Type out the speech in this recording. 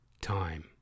time